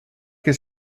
his